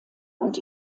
und